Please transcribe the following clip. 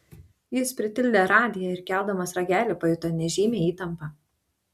jis pritildė radiją ir keldamas ragelį pajuto nežymią įtampą